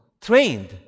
trained